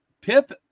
Pip